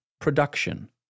production